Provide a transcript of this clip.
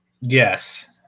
Yes